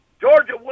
Georgia